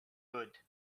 good